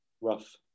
Rough